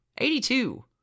82